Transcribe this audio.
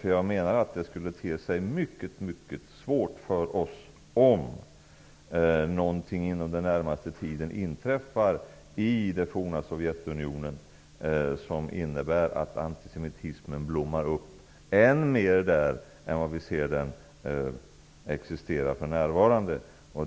Jag menar att det skulle te sig mycket svårt för oss om någonting inom den närmaste tiden inträffar i det forna Sovjetunionen som innebär att antisemitismen blommar upp än mer än på det sätt vi för närvarande ser den existera.